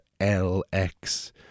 LX